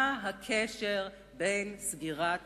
מה הקשר בין סגירת